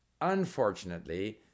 Unfortunately